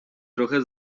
trochę